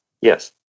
Yes